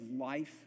life